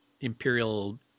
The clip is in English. Imperial